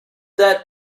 that